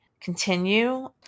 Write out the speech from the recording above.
continue